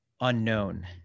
unknown